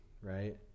right